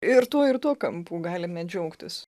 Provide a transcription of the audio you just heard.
ir tuo ir tuo kampu galime džiaugtis